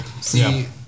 See